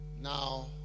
Now